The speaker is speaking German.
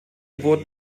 wurden